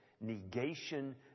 negation